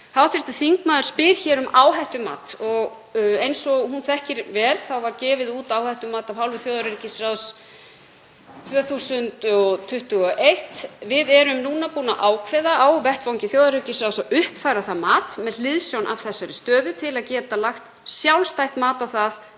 Hv. þingmaður spyr hér um áhættumat og eins og hún þekkir vel var gefið út áhættumat af hálfu þjóðaröryggisráðs 2021. Við erum búin að ákveða á vettvangi þjóðaröryggisráðs að uppfæra það mat með hliðsjón af þessari stöðu til að geta lagt sjálfstætt mat á það